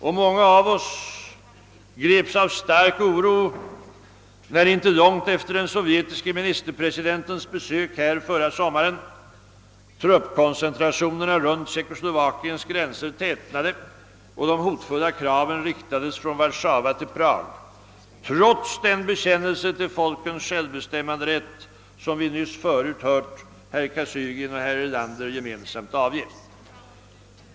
Och många av oss greps av stark oro när inte långt efter den sovjetiske ministerpresidentens besök här förra sommaren truppkoncentrationerna runt Tjeckoslovakiens gränser tätnade och de hotfulla kraven riktades från Warszawa till Prag, trots den bekännelse till folkens självbestämningsrätt som vi nyss förut hört herr Kosygin och herr Erlander gemensamt avge.